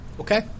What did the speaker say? Okay